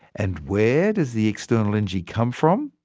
and where does the external energy come from,